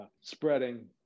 spreading